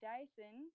Dyson